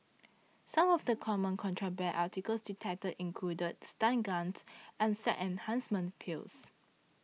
some of the common contraband articles detected included stun guns and sex enhancement pills